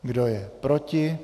Kdo je proti?